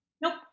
Nope